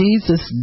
Jesus